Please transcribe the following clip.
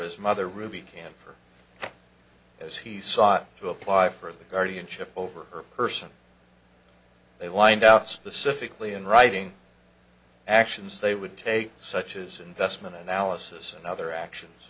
his mother ruby camphor as he sought to apply for the guardianship over her person they lined out specifically in writing actions they would take such as investment analysis and other actions